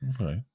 okay